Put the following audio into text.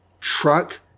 truck